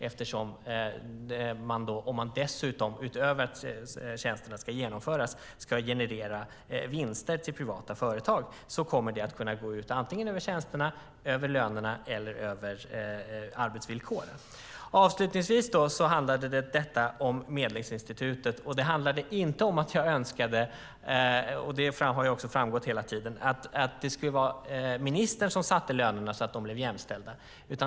Eftersom det utöver att tjänsterna ska genomföras dessutom ska generera vinster till privata företag kommer det att gå ut antingen över tjänsterna, över lönerna eller över arbetsvillkoren. Avslutningsvis: Detta handlade om Medlingsinstitutet och inte om att jag önskade - det har också framgått hela tiden - att det skulle vara ministern som satte lönerna så att de blev jämställda.